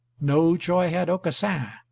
no joy had aucassin.